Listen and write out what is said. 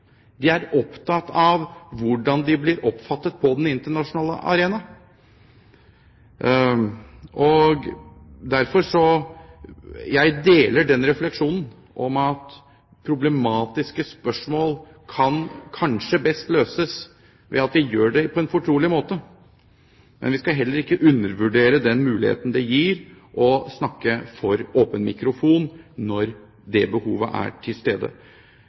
De er opptatt av hvordan de blir oppfattet på den internasjonale arena. Jeg deler refleksjonen av at problematiske spørsmål kan kanskje best løses ved at vi gjør det på en fortrolig måte. Men vi skal heller ikke undervurdere den muligheten det gir å snakke for åpen mikrofon, når det behovet er til stede.